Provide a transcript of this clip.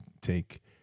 take